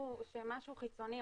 שמשהו חיצוני,